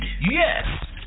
Yes